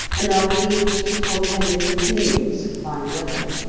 and are believed to portend a continuance of fine weather.